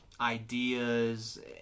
ideas